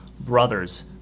brothers